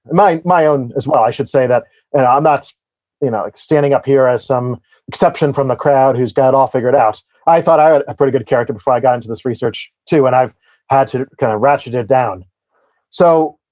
and my my own as well. i should say that i'm and um not you know like standing up here as some exception from the crowd who's got it all figured out. i thought i had a pretty good character before i got into this research too, and i've had to kind of ratchet it down so,